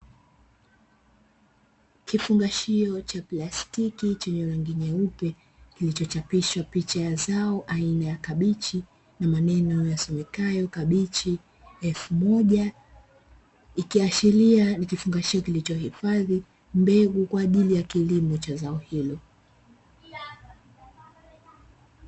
Kifungashio cha plastiki chenye rangi nyeupe kilichochapishwa picha ya zao aina ya kabichi na maneno yasomekayo " kabichi elfu moja" ikiashiria ni kifungashio kilichohifadhi mbegu kwa ajili ya kilimo cha zao hilo.